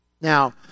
Now